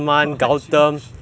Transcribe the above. !huh! ashwin